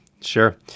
sure